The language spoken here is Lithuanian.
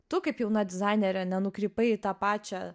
tu kaip jauna dizainerė nenukrypai į tą pačią